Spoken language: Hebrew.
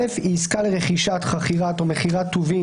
(א) היא עסקה לרכישת או מכירת טובין,